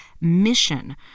mission